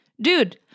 dude